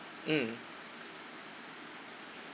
um